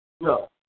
No